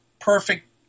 perfect